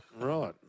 Right